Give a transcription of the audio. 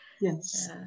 Yes